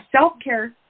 self-care